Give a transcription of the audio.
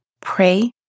pray